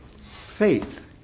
Faith